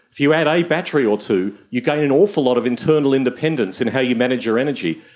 if you add a battery or two you gain an awful lot of internal independence in how you manage your energy.